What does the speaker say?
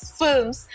films